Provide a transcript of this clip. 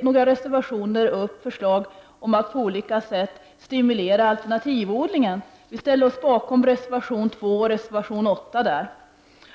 Några reservationer tar t.ex. upp förslag om att på olika sätt stimulera alternativodlingen. Vi ställer oss bakom reservation 2 och reservation 8,